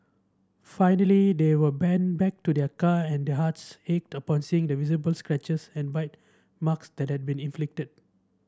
finally they were pen back to their car and their hearts ached upon seeing the visible scratches and bite marks that had been inflicted